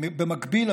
במקביל,